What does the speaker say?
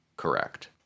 correct